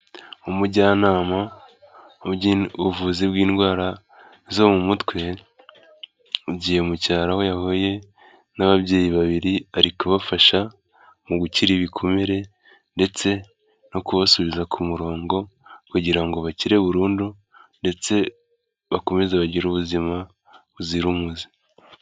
Umujyanama mu by'ubuvuzi bw'indwara zo mu mutwe yagiye mu cyaro aho yahuye n'ababyeyi babiri ari ukufasha mu gukira ibikomere ndetse no kubasubiza ku murongo kugira ngo bakire burundu ndetse bakomeze bagire ubuzima buzira umuze.